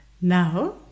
Now